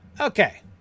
Okay